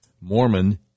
Mormon